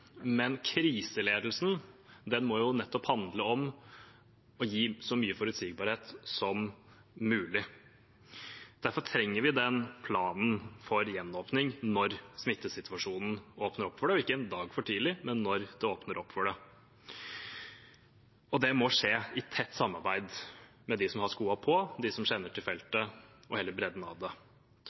men kriseledelsen må nettopp handle om å gi så mye forutsigbarhet som mulig. Derfor trenger vi den planen for gjenåpning når smittesituasjonen åpner opp for det – ikke en dag for tidlig, men når det åpner opp for det. Det må skje i tett samarbeid med de som har skoene på, de som kjenner til feltet og hele bredden av det.